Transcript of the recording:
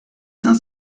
cinq